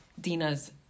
Dina's